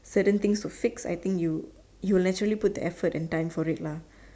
certain things to fix I think you you naturally put the effort and time for it lah